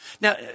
Now